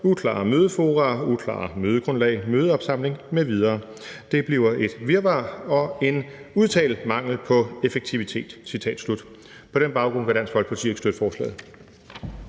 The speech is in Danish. uklare mødefora, uklare mødegrundlag, mødeopsamling mv. Det bliver et virvar og en udtalt mangel på effektivitet.« På den baggrund kan Dansk Folkeparti ikke støtte forslaget.